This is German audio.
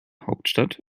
hauptstadt